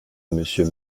monsieur